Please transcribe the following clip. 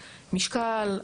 משקל,